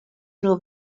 nur